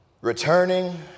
Returning